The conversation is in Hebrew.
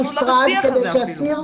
אנחנו לא בשיח הזה אפילו.